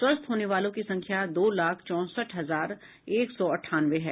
स्वस्थ होने वालों की संख्या दो लाख चौसठ हजार एक सौ अंठानवे है